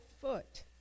foot